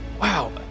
Wow